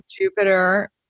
Jupiter